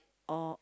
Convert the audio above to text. oh